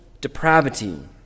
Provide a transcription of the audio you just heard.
depravity